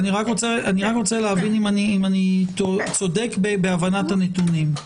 אני רוצה להבין אם אני צודק בהבנת הנתונים.